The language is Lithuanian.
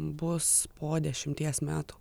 bus po dešimties metų